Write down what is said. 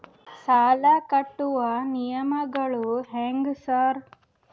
ಸಾಲ ಕಟ್ಟುವ ನಿಯಮಗಳು ಹ್ಯಾಂಗ್ ಸಾರ್?